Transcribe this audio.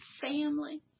family